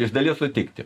iš dalies sutikti